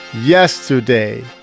yesterday